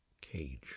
Cage